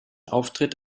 auftritt